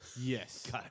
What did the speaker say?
Yes